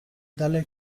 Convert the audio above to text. dalle